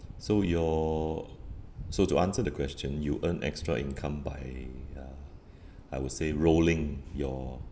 so your so to answer the question you earn extra income by uh I would say rolling your